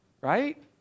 Right